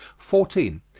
fourteen.